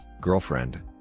girlfriend